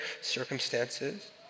circumstances